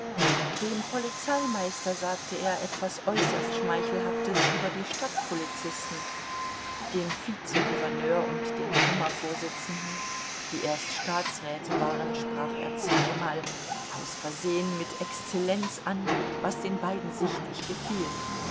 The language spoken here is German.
dem polizeimeister sagte er etwas äußerst schmeichelhaftes über die stadtpolizisten den vizegouverneur und den kammervorsitzenden die erst staatsräte waren sprach er zweimal aus versehen mit exzellenz an was den beiden sichtlich gefiel